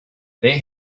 they